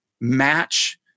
match